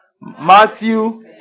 Matthew